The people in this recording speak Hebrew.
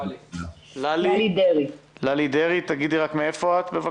ללי דרעי, מאיפה את?